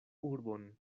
urbon